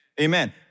Amen